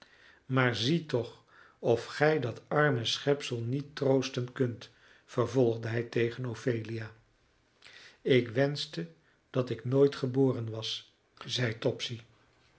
maar zie toch of gij dat arme schepsel niet troosten kunt vervolgde hij tegen ophelia ik wenschte dat ik nooit geboren was zei topsy